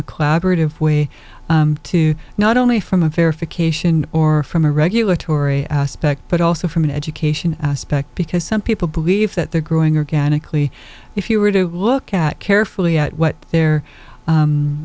collaborative way to not only from a verification or from a regulatory aspect but also from an education aspect because some people believe that they're growing organically if you were to look at carefully at what the